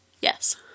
Yes